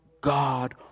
God